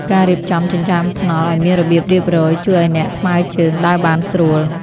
ការរៀបចំចិញ្ចើមថ្នល់ឱ្យមានរបៀបរៀបរយជួយឱ្យអ្នកថ្មើរជើងដើរបានស្រួល។